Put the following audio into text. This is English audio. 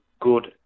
good